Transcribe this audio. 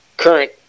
current